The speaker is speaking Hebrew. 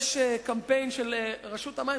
יש קמפיין של רשות המים,